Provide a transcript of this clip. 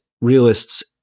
realists